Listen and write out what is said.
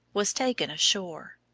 was taken ashore.